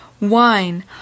wine